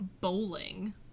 Bowling